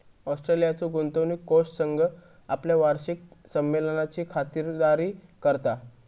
ऑस्ट्रेलियाचो गुंतवणूक कोष संघ आपल्या वार्षिक संमेलनाची खातिरदारी करता